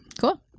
Cool